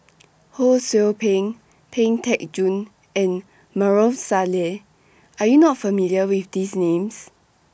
Ho SOU Ping Pang Teck Joon and Maarof Salleh Are YOU not familiar with These Names